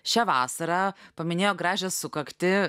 šią vasarą paminėjo gražią sukaktį